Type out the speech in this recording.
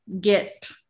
get